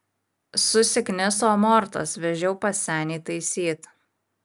susikniso amortas vežiau pas senį taisyt